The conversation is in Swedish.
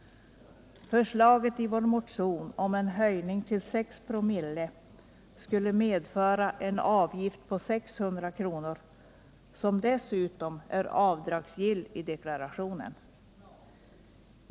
Förslaget i vår motion om en höjning till 6 2/00 skulle medföra en avgift på 600 kr. som dessutom är avdragsgill i deklarationen.